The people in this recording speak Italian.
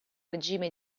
regime